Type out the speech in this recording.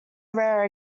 rarer